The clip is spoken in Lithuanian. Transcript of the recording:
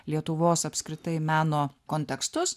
lietuvos apskritai meno kontekstus